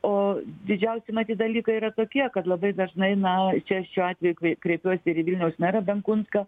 o didžiausi matyt dalykai yra tokie kad labai dažnai na čia šiuo atveju krei kreipiuosi ir į vilniaus merą benkunską